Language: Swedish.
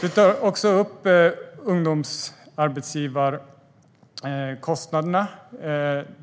Du tar upp ungdomsarbetsgivarkostnaderna.